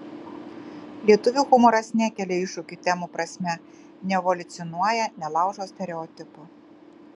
lietuvių humoras nekelia iššūkių temų prasme neevoliucionuoja nelaužo stereotipų